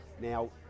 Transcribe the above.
Now